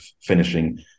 finishing